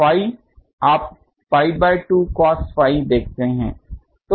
Phi आप pi by 2 cos phi देखते हैं